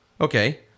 okay